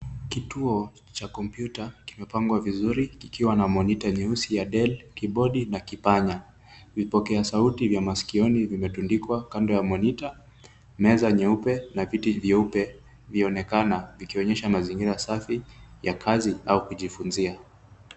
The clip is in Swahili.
kituo cha kompyuta kikiwa na monita nzuri ya Dell, keyboard na kipanya. Vipokea sauti vya masikioni vimetundikwa kando ya monitor , meza nyeupe na viti vyeupe vyaonekana vikioyesha mazingira safi ya kazi au kujifunzia